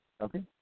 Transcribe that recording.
Okay